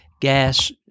Gas